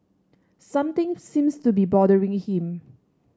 something seems to be bothering him